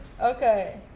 okay